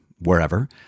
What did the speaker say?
wherever